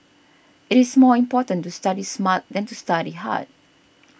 it is more important to study smart than to study hard